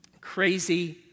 crazy